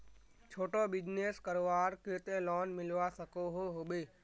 छोटो बिजनेस करवार केते लोन मिलवा सकोहो होबे?